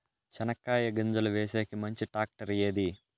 చెనక్కాయ గింజలు వేసేకి మంచి టాక్టర్ ఏది?